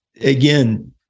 again